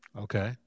Okay